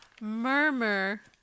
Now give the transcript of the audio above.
murmur